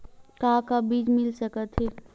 का का बीज मिल सकत हे?